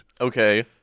Okay